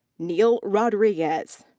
neil rodrigues.